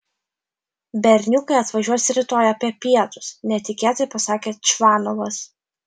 berniukai atvažiuos rytoj apie pietus netikėtai pasakė čvanovas